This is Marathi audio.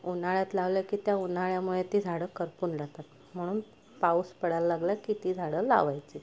उन्हाळ्यात लावलं की त्या उन्हाळ्यामुळे ती झाडं करपून जातात म्हणून पाऊस पडायला लागलं की ती झाडं लावायची